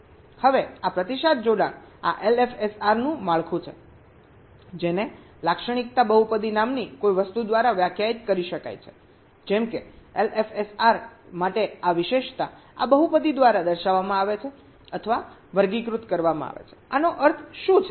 હવે આ પ્રતિસાદ જોડાણ આ LFSR નું માળખું છે જેને લાક્ષણિકતા બહુપદી નામની કોઈ વસ્તુ દ્વારા વ્યાખ્યાયિત કરી શકાય છે જેમ કે LFSR માટે આ વિશેષતા આ બહુપદી દ્વારા દર્શાવવામાં આવે છે અથવા વર્ગીકૃત કરવામાં આવે છે આનો અર્થ શું છે